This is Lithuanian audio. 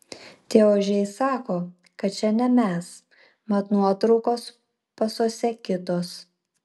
tie ožiai sako kad čia ne mes mat nuotraukos pasuose kitos